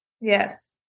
Yes